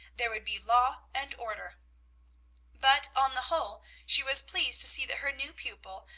there would be law and order but, on the whole, she was pleased to see that her new pupil,